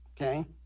okay